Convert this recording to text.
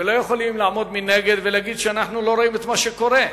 ולא יכולים לעמוד מנגד ולומר שאנחנו לא רואים את מה שקורה.